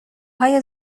های